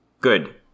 good